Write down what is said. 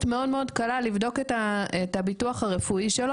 מאוד מאוד קלה לבדוק את הביטוח הרפואי שלו,